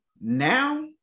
now